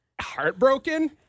heartbroken